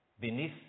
beneath